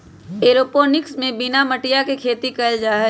aeroponics में बिना मटिया के खेती कइल जाहई